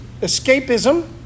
escapism